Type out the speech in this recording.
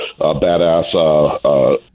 badass